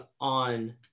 on